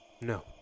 No